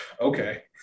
okay